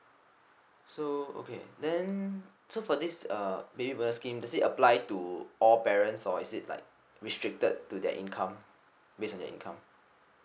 so okay then so for this uh baby bonus scheme does it apply to all parents or is it like restricted to their income based on their income